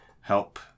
help